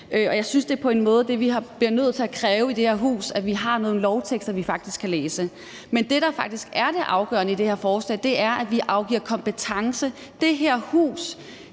og jeg synes, vi i det her hus bliver nødt til at kræve, at vi har nogle lovtekster, vi faktisk kan læse. Men det, der jo faktisk er det afgørende i det her forslag, er, at vi afgiver kompetence, at vi i